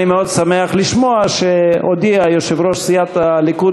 אני מאוד שמח לשמוע שהודיעו יושב-ראש סיעת הליכוד